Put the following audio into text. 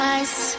ice